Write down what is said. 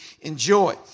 enjoy